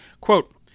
Quote